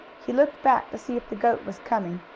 he looked back to see if the goat was coming,